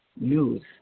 news